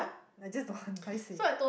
I just don't want paiseh